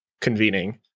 convening